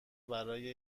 برای